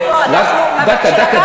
דקה,